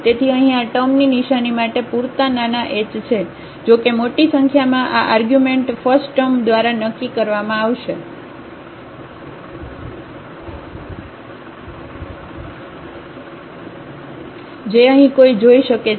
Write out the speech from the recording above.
તેથી અહીં આ ટર્મની નિશાની માટે પૂરતા નાના h છે જો કે મોટી સંખ્યામાં આ આર્ગ્યુમેન્ટ ફસ્ટટર્મ દ્વારા નક્કી કરવામાં આવશે જે અહીં કોઈ જોઈ શકે છે